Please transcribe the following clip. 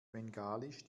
bengalisch